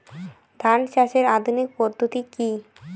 ধান চাষের আধুনিক পদ্ধতি কি?